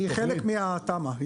היא חלק מהתמ"א.